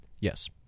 Yes